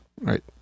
Right